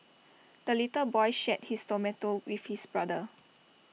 the little boy shared his tomato with his brother